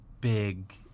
big